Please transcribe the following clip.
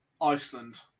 Iceland